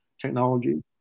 Technology